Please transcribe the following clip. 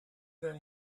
than